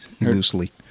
loosely